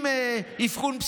עם אבחון,